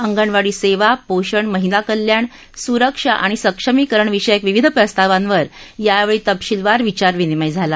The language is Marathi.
अंगणवाडी सेवा पोषण महिला कल्याण सुरक्षा आणि सक्षमीकरण विषयक विविध प्रस्तावांवर यावेळी तपशीलवार विचारविनिमय झाला